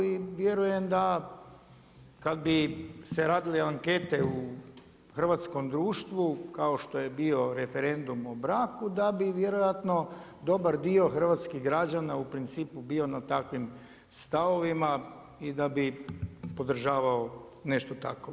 I vjerujem da kad bi se radile ankete u hrvatskom društvu, kao što je bio referentom o braku, da bi vjerojatno dobar dio hrvatskih građana u principu bio na takvim stavovima i da bi podržavao nešto tako.